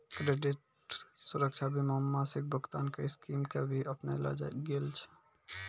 credit सुरक्षा बीमा मे मासिक भुगतान के स्कीम के भी अपनैलो गेल छै